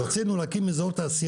לא בודקים אם ישפיע או לא ישפיע.